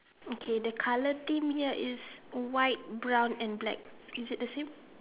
okay that colour theme here is white brown and black is it the same